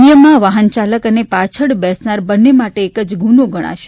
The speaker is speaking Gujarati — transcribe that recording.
નિયમમાં વાહનચાલક અને પાછળ બેસનાર બંને માટે એક જ ગુનો ગણાશે